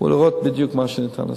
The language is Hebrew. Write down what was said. לראות מה בדיוק ניתן לעשות.